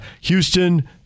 Houston